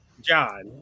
John